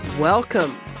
welcome